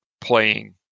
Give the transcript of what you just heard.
playing